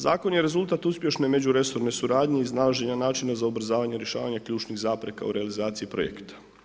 Zakon je rezultat uspješne međuresorne suradnje iz nalaženja načina za ubrzavanje, rješavanje ključnih zapreka u realizaciji projekta.